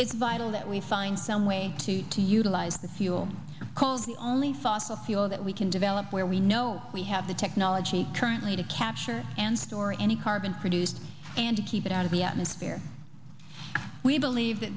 it's vital that we find some way to to utilize the fuel called the only fossil fuel that we can develop where we know we have the technology currently to capture and store any carbon produced and to keep it out of the atmosphere we believe that